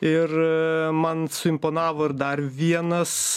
ir man suimponavo ir dar vienas